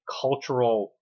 cultural